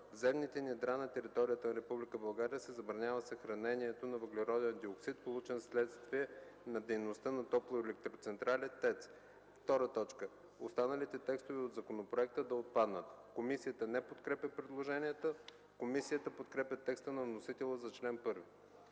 В земните недра на територията на Република България се забранява съхранението на въглероден диоксид, получен вследствие на дейността на топлоелектроцентрали (ТЕЦ).” 2. Останалите текстове от законопроекта да отпаднат. Комисията не подкрепя предложенията. Комисията подкрепя текста на вносителя за чл. 1.